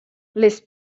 les